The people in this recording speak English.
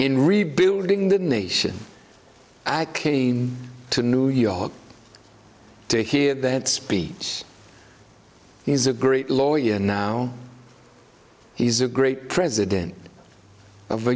in rebuilding the nation i came to new york to hear that speech he's a great lawyer and now he's a great president of